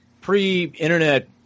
pre-internet